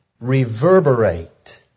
reverberate